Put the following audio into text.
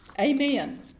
Amen